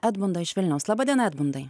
edmundo iš vilniaus laba diena edmundai